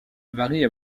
varient